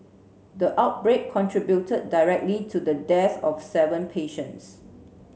the outbreak contributed directly to the death of seven patients